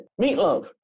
meatloaf